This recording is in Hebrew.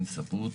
שמח.